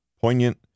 poignant